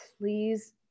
please